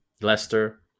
Leicester